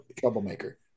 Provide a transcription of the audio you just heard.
troublemaker